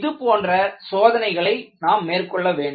இது போன்ற சோதனைகளை நாம் மேற்கொள்ள வேண்டும்